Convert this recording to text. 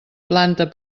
planta